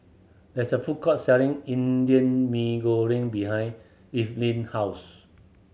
there is a food court selling Indian Mee Goreng behind Evelyne house